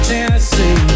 Tennessee